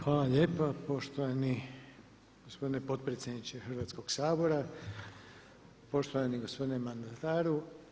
Hvala lijepa poštovani gospodine potpredsjedniče Hrvatskog sabora, poštovani gospodine mandataru.